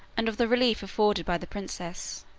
and of the relief afforded by the princess.